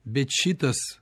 bet šitas